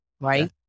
Right